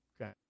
Okay